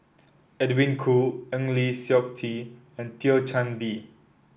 Edwin Koo Eng Lee Seok Chee and Thio Chan Bee